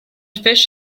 fish